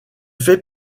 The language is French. fait